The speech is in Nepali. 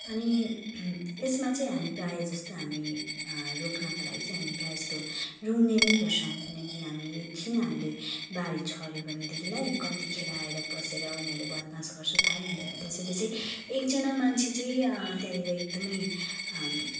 अनि यसमा चाहिँ हामी प्रायः जस्तो हामी रोक्नको लागि चाहिँ हामी प्रायः जस्तो रुँग्ने नै गर्छौँ किनकि हामी एकछिन हामीले बारी छोड्यो भनेदेखिलाई कतिखेर आएर पसेर उनीहरूले बदमास गर्छ थाहै हुँदैन त्यसैले चाहिँ एकजना मान्छे चाहिँ त्यहाँनिर एकदमै